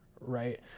right